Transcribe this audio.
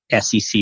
SEC